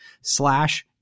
slash